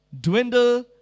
dwindle